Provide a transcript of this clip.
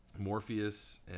Morpheus